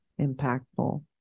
impactful